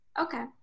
Okay